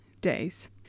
days